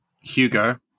Hugo